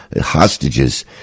hostages